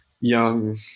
young